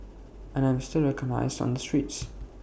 and I'm still recognised on the streets